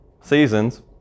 seasons